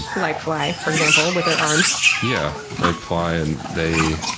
like fly, for example, with their arms. yeah, like fly, and they